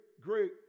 great